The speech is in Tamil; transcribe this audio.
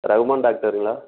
ரகுமான் டாக்டருங்களா